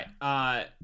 right